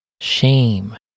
shame